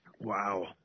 Wow